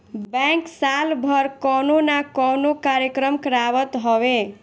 bank साल भर कवनो ना कवनो कार्यक्रम करावत हवे